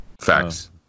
Facts